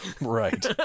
Right